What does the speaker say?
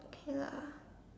okay lah